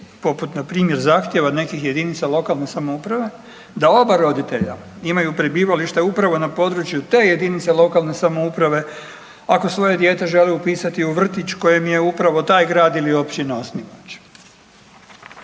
poput npr. zahtjeva nekih jedinica lokalne samouprave da oba roditelja imaju prebivalište upravo na području te jedinice lokalne samouprave ako svoje dijete žele upisati u vrtić koje je upravo taj grad ili općina osnivač.